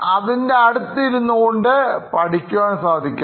അതിൻറെ അടുത്ത് ഇരുന്നുകൊണ്ട് പഠിക്കുവാൻ സാധിക്കണം